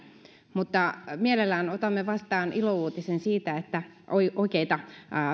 mutta mielellään otamme vastaan ilouutisen siitä että oikeita